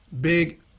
big